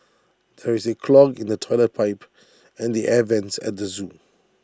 there is A clog in the Toilet Pipe and the air Vents at the Zoo